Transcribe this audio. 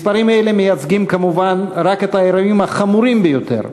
מספרים אלה מייצגים כמובן רק את האירועים החמורים ביותר,